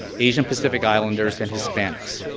asian pacific islanders and hispanics.